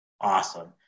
awesome